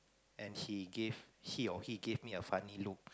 and he gave she or he gave me a funny look